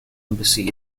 embassy